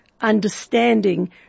Understanding